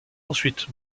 ensuite